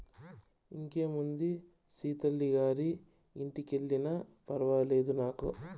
ఇంకేముందే సీతల్లి గారి ఇంటికెల్లినా ఫర్వాలేదు నాకు